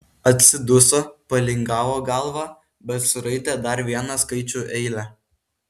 atsiduso palingavo galvą bet suraitė dar vieną skaičių eilę